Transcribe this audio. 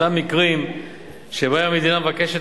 בעיקר באותם מקרים שבהם המדינה מבקשת